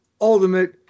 ultimate